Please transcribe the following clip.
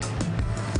תאמינו.